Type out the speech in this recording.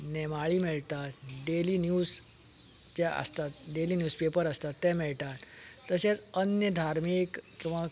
नेमाळी मेळटात डेली निवज जे आसतात डेली निवज पेपर आसतात तें मेळटात तशेंत अन्य धार्मीक किंवां